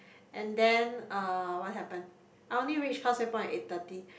and then uh what happen I only reach Causeway-Point at seven thirty